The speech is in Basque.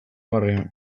hamarrean